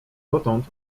dotąd